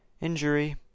injury